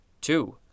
Two